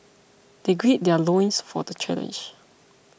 they gird their loins for the challenge